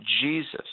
Jesus